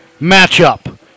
matchup